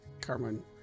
Carmen